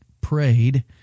prayed